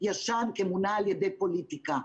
ישן כמונע על ידי פוליטיקה.